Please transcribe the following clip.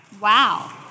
Wow